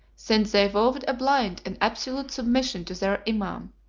since they vowed a blind and absolute submission to their imam,